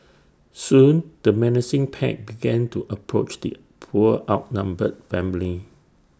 soon the menacing pack began to approach the poor outnumbered family